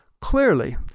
Clearly